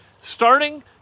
Starting